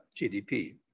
GDP